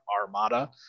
Armada